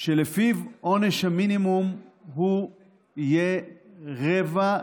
שלפיו עונש המינימום יהיה רבע,